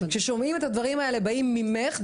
כששומעים את הדברים האלה באים ממך,